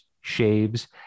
shaves